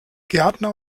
gärtner